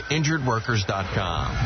InjuredWorkers.com